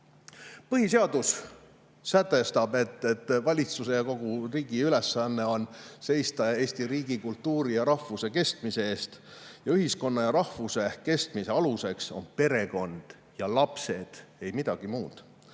Põhiseadus sätestab, et valitsuse ja kogu riigi ülesanne on seista Eesti riigi, eesti kultuuri ja rahvuse kestmise eest. Ühiskonna ja rahvuse kestmise aluseks on perekond ja lapsed, ei midagi muud.